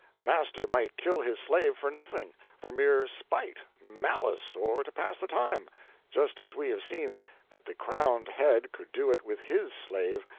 a master might kill his slave for nothing for mere spite, malice, or to pass the time just as we have seen that the crowned head could do it with his slave,